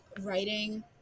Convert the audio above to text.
writing